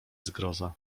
zgroza